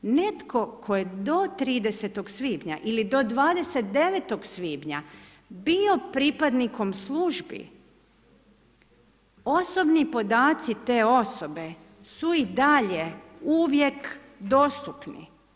Netko tko je do 30. svibnja ili do 29. svibnja bio pripadnikom službi osobni podaci te osobe su i dalje uvijek dostupni.